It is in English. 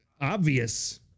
obvious